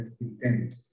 intent